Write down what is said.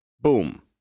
Boom